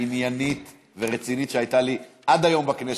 עניינית ורצינית שהייתה לי עד היום בכנסת,